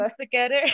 together